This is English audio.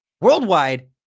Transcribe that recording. worldwide